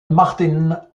martin